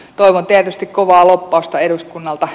toivon tietysti kovaa lobbausta eduskunnalta